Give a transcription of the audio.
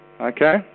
okay